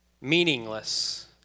meaningless